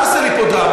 אל תעשה לי פה דרמות.